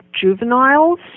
juveniles